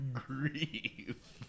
grief